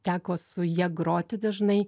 teko su ja groti dažnai